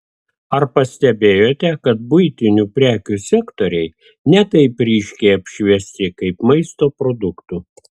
ar pastebėjote kad buitinių prekių sektoriai ne taip ryškiai apšviesti kaip maisto produktų